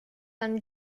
and